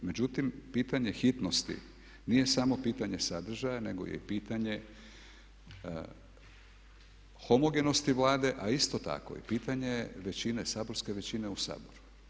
Međutim, pitanje hitnosti nije samo pitanje sadržaja nego je i pitanje homogenosti Vlade a isto tako i pitanje je većine, saborske većine u Saboru.